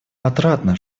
отрадно